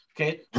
Okay